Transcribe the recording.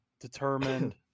determined